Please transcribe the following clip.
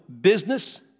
business